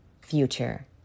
future